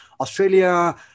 Australia